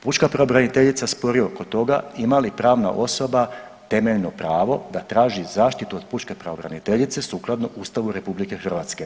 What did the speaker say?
Pučka pravobraniteljica spori oko toga ima li pravna osoba temeljno pravo da traži zaštitu od pučke pravobraniteljice sukladno Ustavu RH.